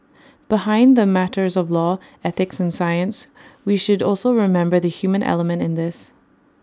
behind the matters of law ethics and science we should also remember the human element in this